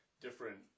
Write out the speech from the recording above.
different